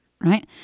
Right